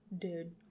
Dude